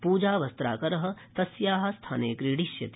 पूजा वस्त्राकर तस्या स्थाने क्रीडिष्यति